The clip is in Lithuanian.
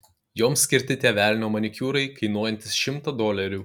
joms skirti tie velnio manikiūrai kainuojantys šimtą dolerių